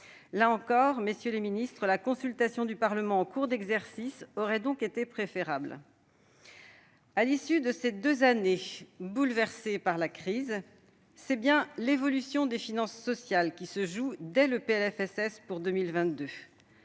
Là encore, messieurs les ministres, la consultation du Parlement en cours d'exercice aurait été préférable. À l'issue de ces deux années bouleversées par la crise, c'est bien l'évolution des finances sociales qui se joue dès le PLFSS pour 2022.